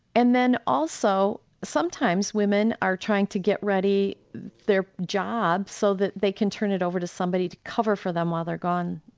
and then also, sometimes women are trying to get ready their jobs so that they can turn it over to somebody to cover for them while they're gone.